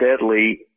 deadly